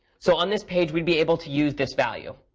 so on this page, we'd be able to use this value.